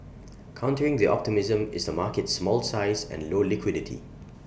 countering the optimism is the market's small size and low liquidity